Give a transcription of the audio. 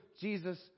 Jesus